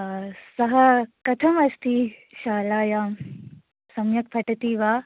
सः कथम् अस्ति शालायां सम्यक् पठति वा